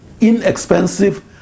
inexpensive